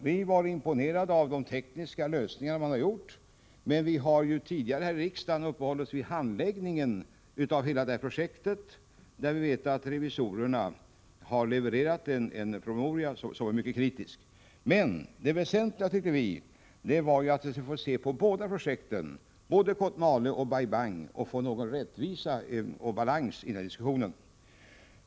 Vi var imponerade av de tekniska lösningar man åstadkommit, men vi har tidigare häri riksdagen uppehållit oss vid handläggningen av hela projektet — vi vet att revisorerna levererat en promemoria som är mycket kritisk på den punkten. Det väsentliga, tyckte vi, var att få se båda projekten, dvs. Kotmale och Bai Bang, för att få rättvisa och balans i diskussionen.